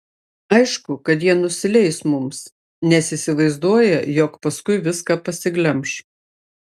aišku kad jie nusileis mums nes įsivaizduoja jog paskui viską pasiglemš